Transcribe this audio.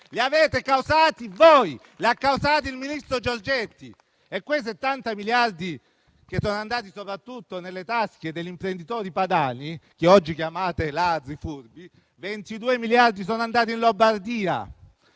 li avete causati voi, li ha causati il ministro Giorgetti. Di quei 70 miliardi che sono andati soprattutto nelle tasche degli imprenditori padani, che oggi chiamate ladri e furbi, 22 miliardi sono andati in Lombardia,